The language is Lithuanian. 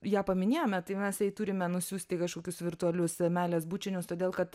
ją paminėjome tai mes jai turime nusiųsti kažkokius virtualius meilės bučinius todėl kad